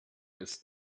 ist